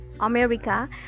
America